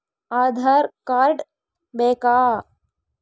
Aadhaar card ಬೇಕಾ?